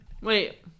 Wait